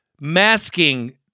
masking